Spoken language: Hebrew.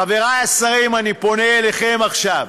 חברי השרים, אני פונה אליכם עכשיו.